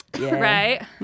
right